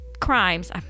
crimes